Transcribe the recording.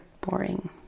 boring